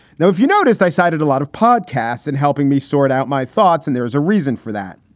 now, if you noticed, i cited a lot of podcasts and helping me sort out my thoughts. and there is a reason for that.